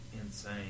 insane